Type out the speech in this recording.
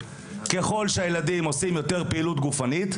ככל שהילדים עושים יותר פעילות גופנית,